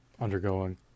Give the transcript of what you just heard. undergoing